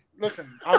Listen